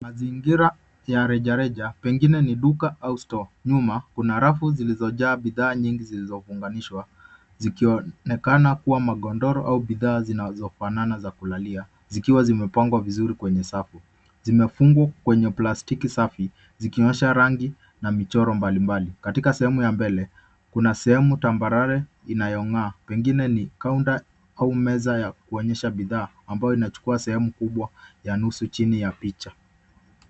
Mazingira ya rejareja pengine ni duka au stoo. Nyuma kuna rafu zimejaa bidhaa nyingi zilizofunganishwa zikioonekana kuwa magodoro au bidhaa zinazofanana za kulalia zikiwa zimepangwa vizuri kwenye safu. Zimefungwa kwenye plastiki safi zikionyesha rangi na michoro mbalimbali. Katika sehemu ya mbele kuna sehemu tambarare inayong'aa pengine ni kaunta au meza ya kuonyesha bidhaa ambayo inachukua sehemu kubwa ya nusu chini ya picha.